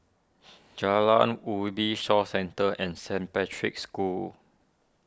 Jalan Ubi Shaw Centre and Saint Patrick's School